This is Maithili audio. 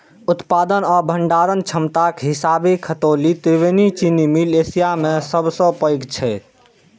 उत्पादन आ भंडारण क्षमताक हिसाबें खतौली त्रिवेणी चीनी मिल एशिया मे सबसं पैघ छै